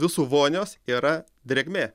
visų vonios yra drėgmė